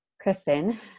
Kristen